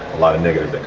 lot of negative and